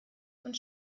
und